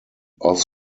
off